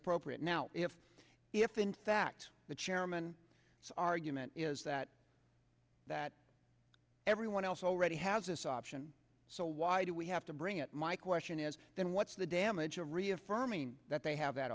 appropriate now if if in fact the chairman argument is that that everyone else already has this option so why do we have to bring it my question is then what's the damage of reaffirming that they have that